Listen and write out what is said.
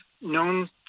known